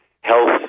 health